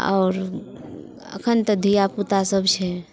आओर अखन तऽ धियापुता सभ छै